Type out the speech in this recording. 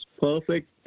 perfect